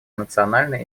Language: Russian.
национальные